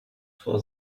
for